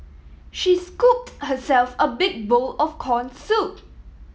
she scooped herself a big bowl of corn soup